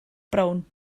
brown